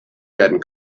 werden